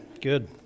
good